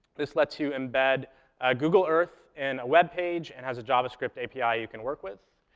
this lets you embed google earth and a web page and has a javascript api you can work with.